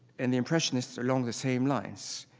and the impressionists along the same lines.